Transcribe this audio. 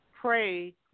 pray